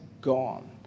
gone